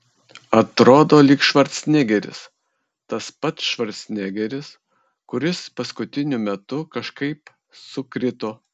atrodo lyg švarcnegeris tas pats švarcnegeris kuris paskutiniu metu kažkaip sukrito